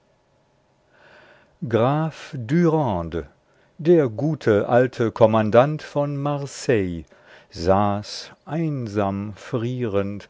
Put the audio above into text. graf dürande der gute alte kommandant von marseille saß einsam